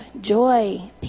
joy